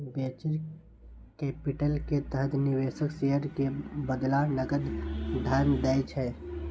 venture capital के तहत निवेशक शेयर के बदला नकद धन दै छै